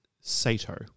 Sato